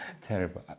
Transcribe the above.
terrible